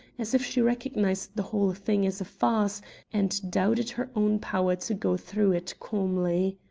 as if she recognized the whole thing as a farce and doubted her own power to go through it calmly.